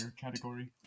category